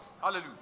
Hallelujah